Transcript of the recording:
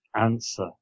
answer